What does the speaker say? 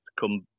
come